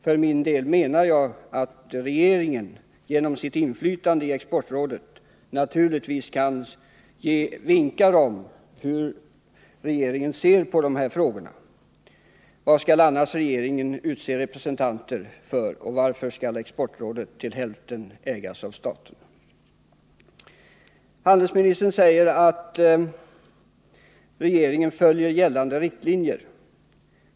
För min del menar jag att regeringen genom sitt inflytande i exportrådet har alla möjligheter att ge vinkar om hur regeringen ser på de här frågorna. Varför skall annars regeringen utse representanter i exportrådet och varför skall rådet till hälften ägas av staten? Handelsministern säger att regeringen följer gällande riktlinjer.